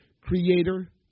creator